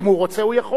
אם הוא רוצה הוא יכול.